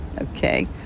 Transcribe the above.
Okay